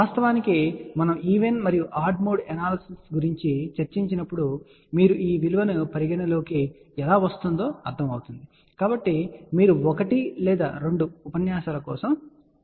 వాస్తవానికి మనము ఈవెన్ మరియు ఆడ్ మోడ్ ఎనాలసిస్ గురించి చర్చించినప్పుడు మీరు ఈ విలువ పరిగణలోకి ఎలా వస్తుందో అర్థం అవుతుంది కాబట్టి మీరు ఒకటి లేదా రెండు ఉపన్యాసాల కోసం వేచి ఉండాలి